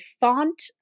font